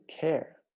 care